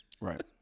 Right